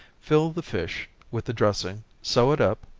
fill the fish, with the dressing, sew it up,